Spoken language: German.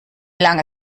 lange